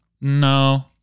No